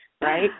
right